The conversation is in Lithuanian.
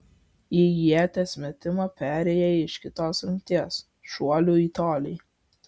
į ieties metimą perėjai iš kitos rungties šuolių į tolį